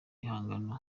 bihangano